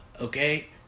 okay